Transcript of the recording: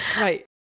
Right